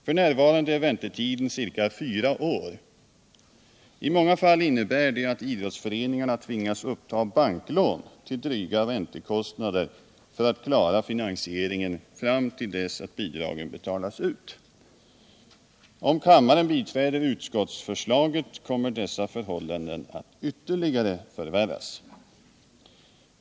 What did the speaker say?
F. n. är väntetiden ca fyra år. I många fall innebär det att idrottsföreningar tvingas uppta banklån till dryga räntekostnader för att klara finansieringen fram till dess bidragen betalas ut. Om kammaren biträder utskottsförslaget kommer dessa förhållanden att ytterligare förvärras.